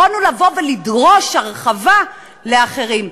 יכולנו לבוא ולדרוש הרחבה לאחרים.